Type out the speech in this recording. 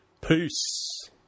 Peace